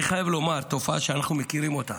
אני חייב לומר, וזו תופעה שאנחנו מכירים אותה